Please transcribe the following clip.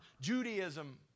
Judaism